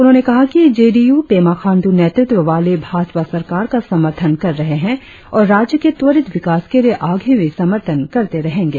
उन्होंने कहा कि J D U Pema Khandu नेतृत्व वाली भाजपा सरकार का समर्थन कर रहे है और राज्य के त्वरित विकास के लिए आगे भी समर्थन करते रहेंगे